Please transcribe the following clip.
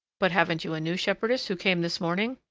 but haven't you a new shepherdess who came this morning?